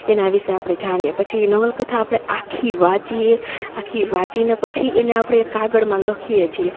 એના વિશે આપણે જાણીએ પછી એ નવલકથા આપણે આખી વાંચીએ આખી વાંચીને પછી એને આપણે એ કાગળમાં લખીએ છીએ